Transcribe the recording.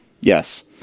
Yes